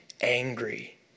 angry